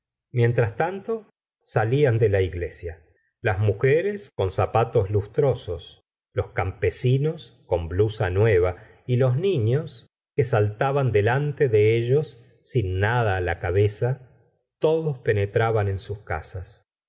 mientras tanto salían de la iglesia las mujeres con zapatos lustrosos los campesinos con blusa tre kerr rev relrergr reinl re nueva y los niños que saltaban delante de ellos sin nada á la cabeza todos penetraban en sus casas